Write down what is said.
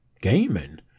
gaming